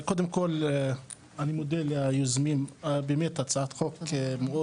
קודם כל אני מודה ליוזמים על באמת הצעת חוק מאוד